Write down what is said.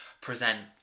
present